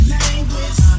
language